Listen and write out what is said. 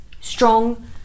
strong